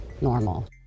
normal